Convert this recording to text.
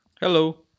hello